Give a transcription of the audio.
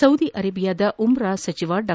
Saudi ಅರೆಬಿಯಾದ ಉಮ್ರಾ ಸಚಿವ ಡಾ